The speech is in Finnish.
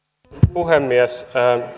puhemies